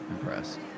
impressed